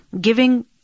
giving